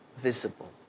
visible